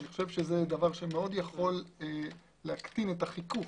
זה יכול להקטין את החיכוך.